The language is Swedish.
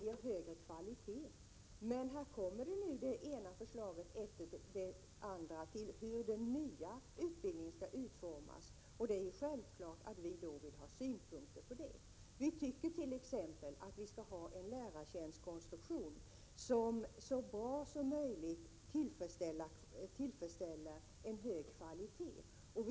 Här kommer nu det ena förslaget efter det andra till hur den nya utbildningen skall utformas. Självfallet vill vi då framföra synpunkter. Vi tycker t.ex. att vi skall ha en lärartjänstkonstruktion som så bra som möjligt tillfredsställer kraven på en hög kvalitet.